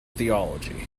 theology